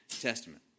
Testament